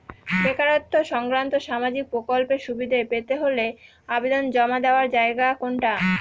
বেকারত্ব সংক্রান্ত সামাজিক প্রকল্পের সুবিধে পেতে হলে আবেদন জমা দেওয়ার জায়গা কোনটা?